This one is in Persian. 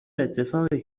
اتفاقی